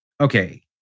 Okay